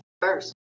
first